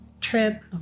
trip